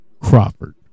Crawford